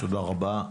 תודה רבה.